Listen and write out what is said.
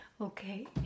Okay